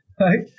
right